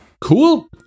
Cool